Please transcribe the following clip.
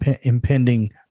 impending